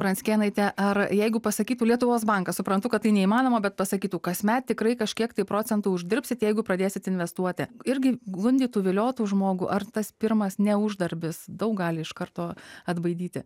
pranckėnaite ar jeigu pasakytų lietuvos bankas suprantu kad tai neįmanoma bet pasakytų kasmet tikrai kažkiek tai procentų uždirbsit jeigu pradėsit investuoti irgi gundytų viliotų žmogų ar tas pirmas neuždarbis daug gali iš karto atbaidyti